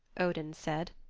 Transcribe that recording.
odin said.